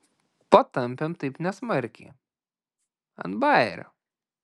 patampėm taip nesmarkiai ant bajerio